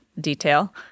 detail